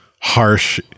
harsh